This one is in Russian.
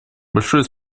большое